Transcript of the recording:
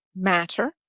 matter